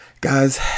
Guys